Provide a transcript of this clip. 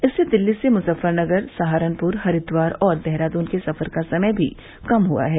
इससे दिल्ली से मुजफ्फरगनर सहारनपुर हरिद्वार और देहरादून के सफर का समय भी कम हुआ है